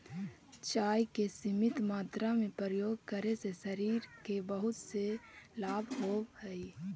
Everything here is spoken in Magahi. चाय के सीमित मात्रा में प्रयोग करे से शरीर के बहुत से लाभ होवऽ हइ